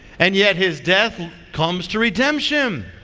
and yet his death comes to redemption.